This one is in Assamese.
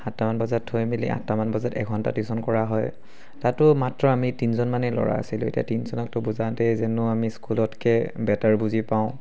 সাতটামান বজাত থৈ মেলি আঠটামান বজাত এঘণ্টা টিউশ্যন কৰা হয় তাতো মাত্ৰ আমি তিনিজনমানে ল'ৰা আছিলোঁ এতিয়া তিনিজনকতো বুজাওঁতে যেনো আমি স্কুলতকৈ বেটাৰ বুজি পাওঁ